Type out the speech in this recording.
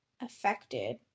affected